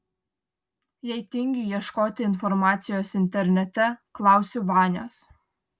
jei tingiu ieškoti informacijos internete klausiu vanios